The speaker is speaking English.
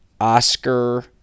Oscar